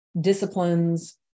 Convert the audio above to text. disciplines